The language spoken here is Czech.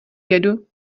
jedu